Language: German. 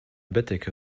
bettdecke